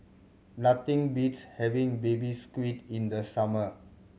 nothing beats having Baby Squid in the summer